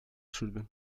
sürdü